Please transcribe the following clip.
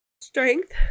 Strength